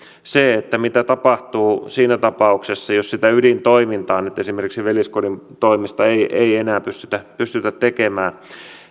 mitä tapahtuu siinä tapauksessa jos sitä ydintoimintaa nyt esimerkiksi veljeskodin toimesta ei ei enää pystytä tekemään